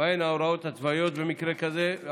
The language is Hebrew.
2. מהן ההוראות הצבאיות במקרה כזה?